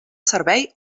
servei